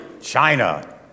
China